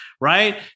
right